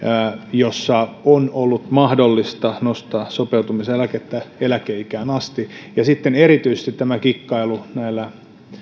jossa on ollut mahdollista nostaa sopeutumiseläkettä eläkeikään asti ja sitten sitä on koetellut erityisesti tämä kikkailu näillä